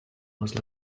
was